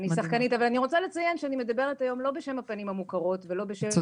היום לא בשם הפנים המוכרות כשחקנית.